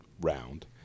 round